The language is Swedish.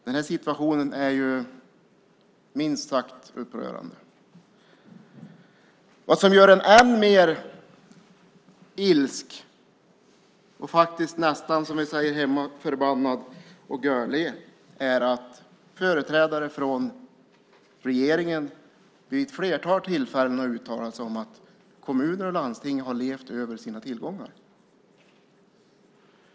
Denna situation är minst sagt upprörande. Vad som gör en än mer ilsk och faktiskt nästan, som vi säger hemma, förbannad och "görle" är att företrädare från regeringen vid ett flertal tillfällen har uttalat sig om att kommuner och landsting har levt över sina tillgångar.